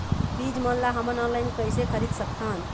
बीज मन ला हमन ऑनलाइन कइसे खरीद सकथन?